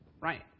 right